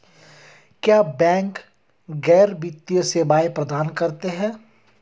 क्या बैंक गैर वित्तीय सेवाएं प्रदान करते हैं?